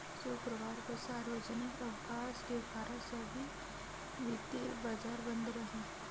शुक्रवार को सार्वजनिक अवकाश के कारण सभी वित्तीय बाजार बंद रहे